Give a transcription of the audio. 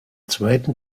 zweiten